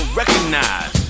recognize